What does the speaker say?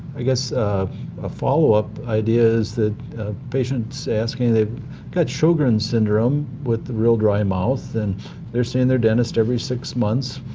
i guess a follow-up idea is that patient asking got show green's syndrome with real dry mouth and they're seeing their dentist every six months